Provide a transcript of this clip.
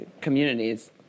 communities